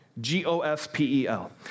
G-O-S-P-E-L